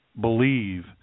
believe